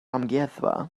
amgueddfa